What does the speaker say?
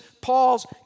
Paul's